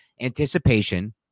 anticipation